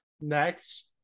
next